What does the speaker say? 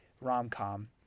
rom-com